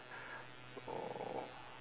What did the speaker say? oh